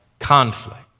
conflict